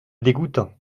dégoûtant